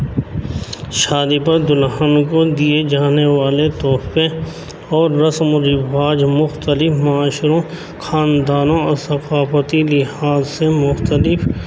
شادی پر دلہن کو دیے جانے والے تحفے اور رسم و رواج مختلف معاشروں خاندانوں اور ثقافتی لحاظ سے مختلف